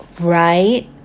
Right